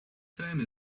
time